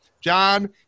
John